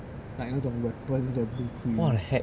what the heck